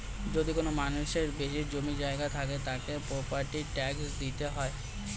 যদি কোনো মানুষের বেশি জমি জায়গা থাকে, তাকে প্রপার্টি ট্যাক্স দিতে হয়